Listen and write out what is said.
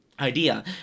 idea